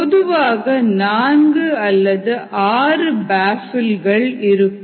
பொதுவாக நான்கு அல்லது ஆறு பாஃ பில்கள் இருக்கும்